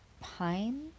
pine